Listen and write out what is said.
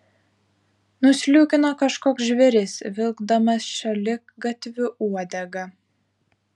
nusliūkino kažkoks žvėris vilkdamas šaligatviu uodegą